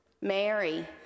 Mary